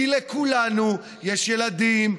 כי לכולנו יש ילדים,